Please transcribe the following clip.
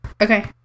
Okay